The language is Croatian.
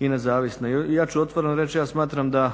nezavisne. Ja ću otvoreno reći ja smatram da